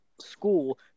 school